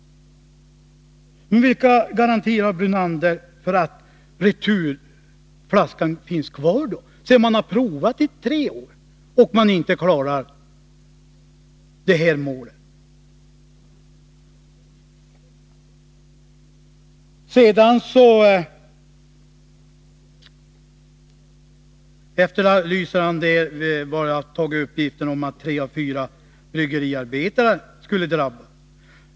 Men vilka garantier har herr Brunander för att returflaskan finns kvar då, sedan man har provat i tre år och funnit att man inte klarar målen? Lennart Brunander efterlyser var jag har tagit uppgiften att tre av fyra bryggeriarbetare skulle drabbas.